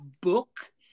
book